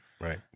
right